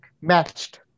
matched